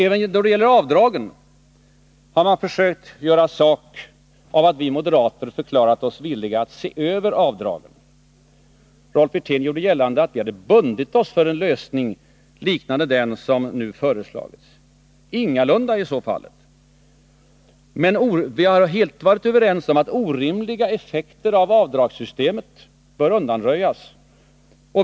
Även då det gäller avdragen har man försökt göra stor sak av att vi moderater förklarat oss villiga att se över avdragen. Rolf Wirtén gjorde gällande att vi hade bundit oss för en lösning liknande den som nu föreslagits. Så är ingalunda fallet! Men vi har varit överens om att orimliga effekter av avdragssystemet bör undanröjas.